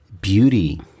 beauty